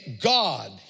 God